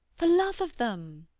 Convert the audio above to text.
for love of them.